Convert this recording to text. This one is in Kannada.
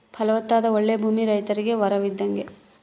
ಫಲವತ್ತಾದ ಓಳ್ಳೆ ಭೂಮಿ ರೈತರಿಗೆ ವರವಿದ್ದಂಗ